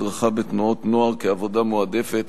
הדרכה בתנועות נוער כעבודה מועדפת),